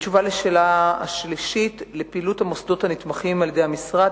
3. לפעילות המוסדות הנתמכים על-ידי המשרד